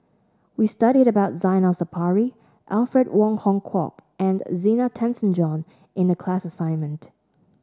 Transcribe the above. we studied about Zainal Sapari Alfred Wong Hong Kwok and Zena Tessensohn in the class assignment